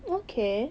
okay